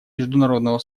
международного